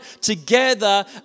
together